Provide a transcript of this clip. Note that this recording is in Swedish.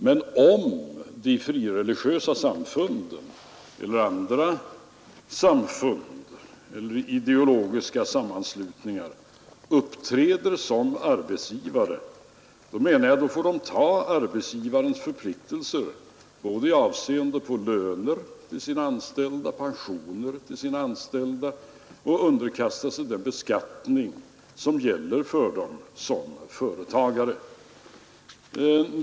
Men om de frireligiösa samfunden eller andra samfund eller ideologiska sammanslutningar uppträder som arbetsgivare får de både ta arbetsgivarens förpliktelser i avseende på löner och pensioner till sina anställda och underkasta sig den beskattning som gäller för dem som företagare.